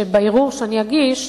שבערעור שאני אגיש,